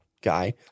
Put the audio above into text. guy